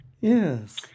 Yes